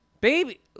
Baby